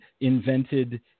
invented